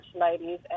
ladies